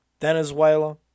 Venezuela